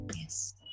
yes